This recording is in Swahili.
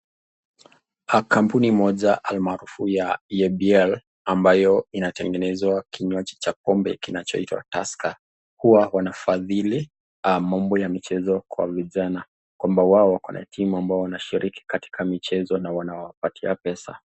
Kampuni moja almaarufu ya EABL ambayo inatengeneza kinywaji cha pombe kinachoitwa Tusker, huwa wanafadhili mambo ya michezo kwa vijana kwamba wao wako na timu ambao wanashiriki katika michezo na wanawapatia pesa.